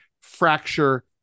fracture